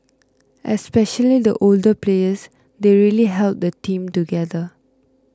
especially the older players they really held the team together